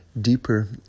deeper